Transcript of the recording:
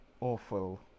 awful